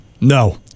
No